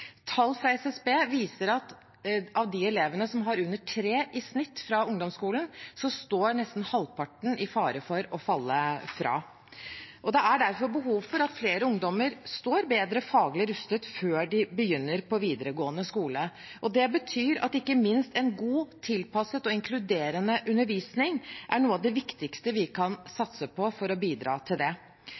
Tall fra SSB viser at av de elevene som har under 3 i snitt fra ungdomsskolen, står nesten halvparten i fare for å falle fra. Det er derfor behov for at flere ungdommer står bedre faglig rustet før de begynner på videregående skole. Det betyr at ikke minst en god, tilpasset og inkluderende undervisning er noe av det viktigste vi kan satse på for å bidra til det.